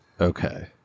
Okay